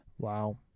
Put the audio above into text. Wow